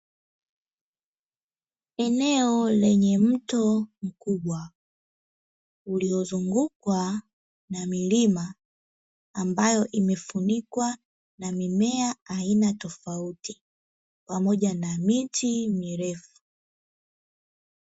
Eneo lenye mto mkubwa uliozungukwa na milima, ambayo imefunikwa na mimea aina tofauti pamoja na miti mirefu.